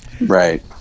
Right